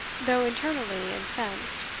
though internally incensed,